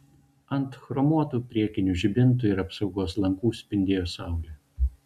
ant chromuotų priekinių žibintų ir apsaugos lankų spindėjo saulė